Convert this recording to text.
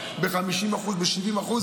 ב-50% ב-70%,